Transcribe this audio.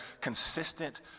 consistent